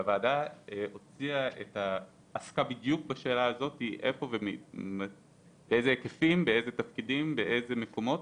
הוועדה עסקה בדיוק בשאלת ההיקפים ומקומות